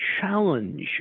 challenge